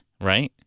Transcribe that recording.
right